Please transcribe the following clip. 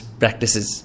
practices